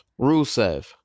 Rusev